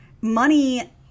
money